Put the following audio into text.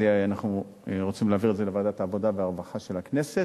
אנחנו רוצים להעביר את זה לוועדת העבודה והרווחה של הכנסת.